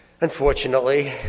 unfortunately